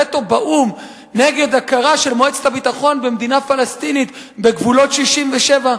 וטו באו"ם נגד הכרה של מועצת הביטחון במדינה פלסטינית בגבולות 67',